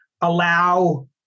allow